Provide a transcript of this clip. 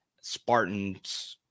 Spartan's